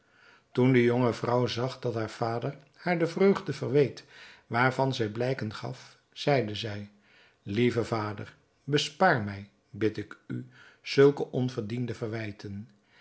toen de jonge vrouw zag dat haar vader haar de vreugde verweet waarvan zij blijken gaf zeide zij lieve vader bespaar mij bid ik u zulke onverdiende verwijten